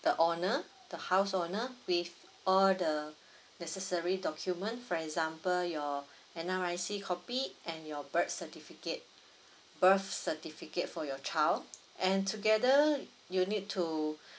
the owner the house owner with all the necessary documents for example your N_R_I_C copy and your birth certificate birth certificate for your child and together you'll need to